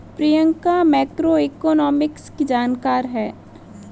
Priyanka macroeconomics की जानकार है